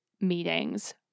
meetings